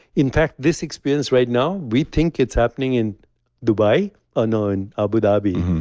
in fact, this experience right now, we think it's happening in dubai. ah no, in abu dhabi.